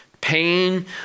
pain